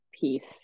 piece